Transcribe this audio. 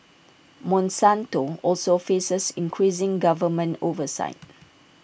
monsanto also faces increasing government oversight